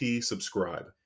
subscribe